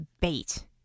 bait